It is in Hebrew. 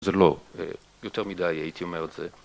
זה לא, יותר מדי הייתי אומר את זה